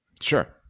Sure